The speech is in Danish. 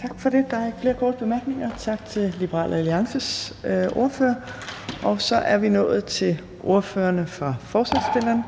Kl. 14:47 Fjerde næstformand (Trine Torp): Tak for det. Der er ikke flere korte bemærkninger til Liberal Alliances ordfører. Og så er vi nået til ordføreren for forslagsstillerne.